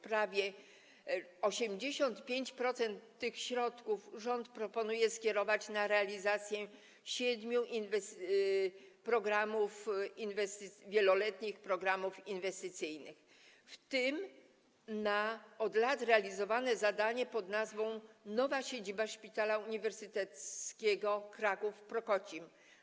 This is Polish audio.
Prawie 85% tych środków rząd proponuje skierować na realizację siedmiu wieloletnich programów inwestycyjnych, w tym na od lat realizowane zadanie pn. „Nowa siedziba Szpitala Uniwersyteckiego Kraków-Prokocim”